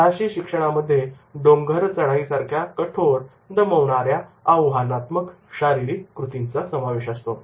साहसी शिक्षणामध्ये डोंगर चढाईसारख्या कठोर दमवणार्याआव्हानात्मक शारीरिक कृतींचा समावेश असतो